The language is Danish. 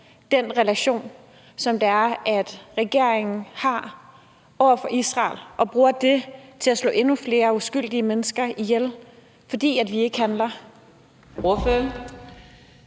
den relation, som regeringen har over for Israel, og bruger det til at slå endnu flere uskyldige mennesker ihjel, fordi vi ikke handler? Kl.